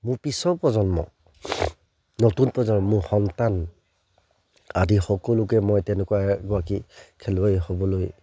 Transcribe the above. মোৰ পিছৰ প্ৰজন্ম নতুন প্ৰজন্ম মোৰ সন্তান আদি সকলোকে মই তেনেকুৱা এগৰাকী খেলুৱৈ হ'বলৈ